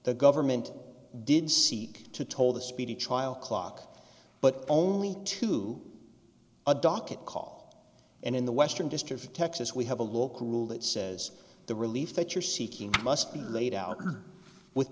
the government did seek to toll the speedy trial clock but only to a docket call and in the western district of texas we have a local rule that says the relief that you're seeking must be laid out with